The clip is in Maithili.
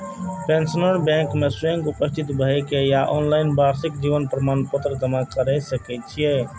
पेंशनर बैंक मे स्वयं उपस्थित भए के या ऑनलाइन वार्षिक जीवन प्रमाण पत्र जमा कैर सकैए